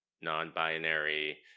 non-binary